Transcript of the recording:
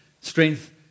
strength